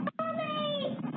Mommy